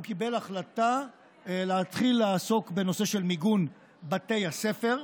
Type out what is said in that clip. הוא קיבל החלטה להתחיל לעסוק בנושא של מיגון בתי הספר.